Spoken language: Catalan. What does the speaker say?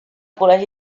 col·legi